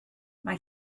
mae